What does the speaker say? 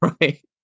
right